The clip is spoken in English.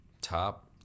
top